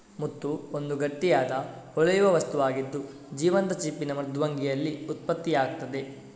ಮುತ್ತು ಒಂದು ಗಟ್ಟಿಯಾದ, ಹೊಳೆಯುವ ವಸ್ತುವಾಗಿದ್ದು, ಜೀವಂತ ಚಿಪ್ಪಿನ ಮೃದ್ವಂಗಿಯಲ್ಲಿ ಉತ್ಪತ್ತಿಯಾಗ್ತದೆ